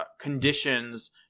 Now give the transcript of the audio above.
conditions